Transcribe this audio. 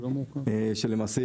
למעשה,